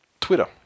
Twitter